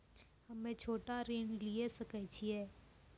हम्मे छोटा ऋण लिये सकय छियै?